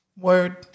Word